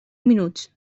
minuts